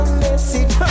message